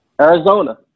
Arizona